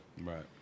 Right